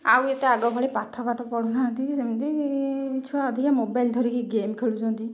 ଆଉ ଏତେ ଆଗ ଭଳି ପାଠ ଫାଟ ପଢ଼ୁ ନାହାଁନ୍ତି ସେମିତି ଛୁଆ ଅଧିକା ମୋବାଇଲ ଧରିକି ଗେମ୍ ଖେଳୁଛନ୍ତି